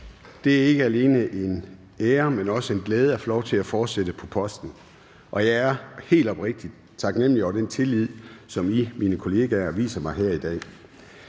Det er ikke alene en ære, men også en glæde at få lov til at fortsætte på posten, og jeg er helt oprigtigt taknemlig over den tillid, som I, mine kollegaer, viser mig her i dag.